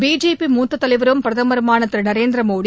BJP மூத்த தலைவரும் பிரதமருமான திரு நரேந்திரமோடி